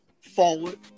forward